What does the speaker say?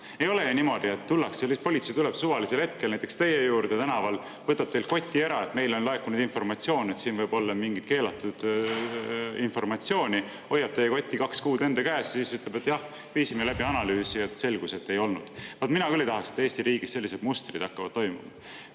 Ei ole ju niimoodi, et näiteks politsei tuleb suvalisel hetkel tänaval teie juurde, võtab teilt koti ära, [öeldes], et meile on laekunud informatsioon, et siin võib olla mingit keelatud informatsiooni, hoiab teie kotti kaks kuud enda käes ja siis ütleb, et jah, viisime läbi analüüsi ja selgus, et ei olnud. Mina küll ei tahaks, et Eesti riigis sellised mustrid hakkavad toimuma.